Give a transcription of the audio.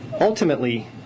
ultimately